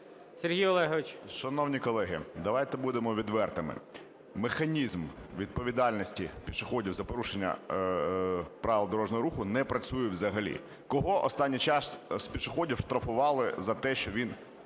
Шановні колеги, давайте будемо відвертими, механізм відповідальності пішоходів за порушення правил дорожнього руху не працює взагалі. Кого останній час з пішоходів штрафували за те, що він